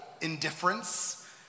indifference